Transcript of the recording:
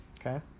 Okay